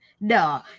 No